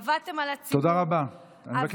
עבדתם על הציבור, תודה רבה, אני מבקש לסיים.